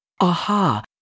Aha